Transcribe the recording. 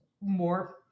more